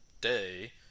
day